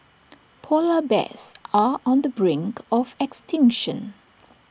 Polar Bears are on the brink of extinction